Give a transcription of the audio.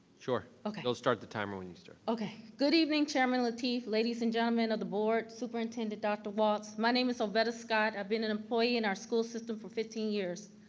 sure. okay. they'll start the timer when you okay, good evening, chairman lateef, ladies and gentlemen of the board, superintendent dr. walts. my name is oveta scott. i've been an employee in our school system for fifteen years.